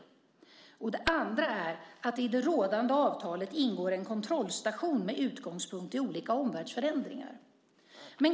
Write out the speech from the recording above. Det andra är att det i det rådande avtalet ingår en kontrollstation med utgångspunkt i olika omvärldsförändringar.